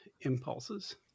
impulses